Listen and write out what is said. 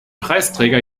preisträger